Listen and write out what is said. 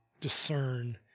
discern